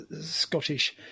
Scottish